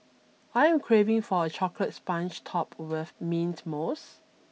I am craving for a chocolate sponge topped with mint mousse